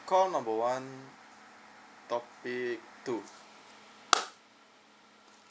call number one topic two